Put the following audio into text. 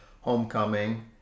homecoming